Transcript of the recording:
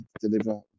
deliver